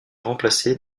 remplacé